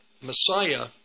Messiah